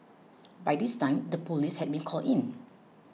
by this time the police has been called in